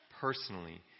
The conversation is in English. personally